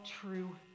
true